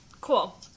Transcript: Cool